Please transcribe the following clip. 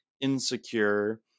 insecure